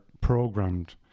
programmed